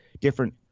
different